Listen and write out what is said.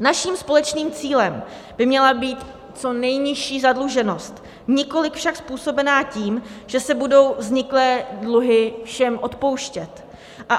Naším společným cílem by měla být co nejnižší zadluženost nikoli však způsobená tím, že se budou vzniklé dluhy všem odpouštět